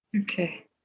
Okay